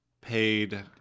paid